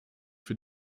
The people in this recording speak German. für